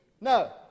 No